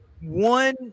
one